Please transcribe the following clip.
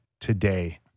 today